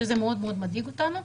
וזה מאוד מדאיג אותנו.